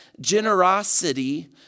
generosity